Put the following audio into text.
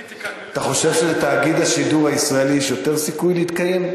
אתה חושב של"תאגיד השידור הישראלי" יש יותר סיכוי להתקיים?